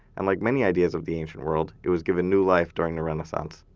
and like many ideas of the ancient world, it was given new life during the renaissance.